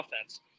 offense